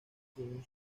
según